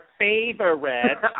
favorite